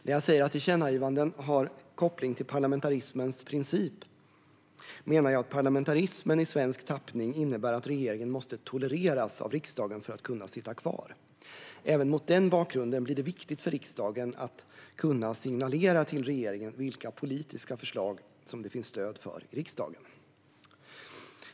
När jag säger att tillkännagivanden har koppling till parlamentarismens princip menar jag att parlamentarismen i svensk tappning innebär att regeringen måste tolereras av riksdagen för att kunna sitta kvar. Även mot den bakgrunden blir det viktigt för riksdagen att kunna signalera till regeringen vilka politiska förslag som det finns stöd för i riksdagen.